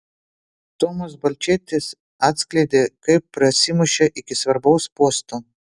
tomas balčėtis atskleidė kaip prasimušė iki svarbaus posto